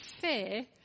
fear